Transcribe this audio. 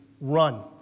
run